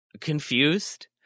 Confused